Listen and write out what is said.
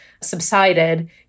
subsided